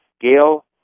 Gail